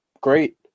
great